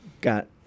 got